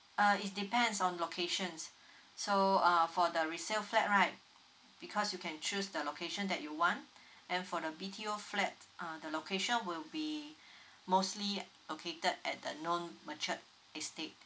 uh is depends on locations so uh for the resale flat right because you can choose the location that you want and for the B_T_O flat uh the location will be mostly located at the none matured estate